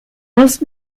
hast